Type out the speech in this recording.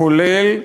כולל,